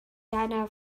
deiner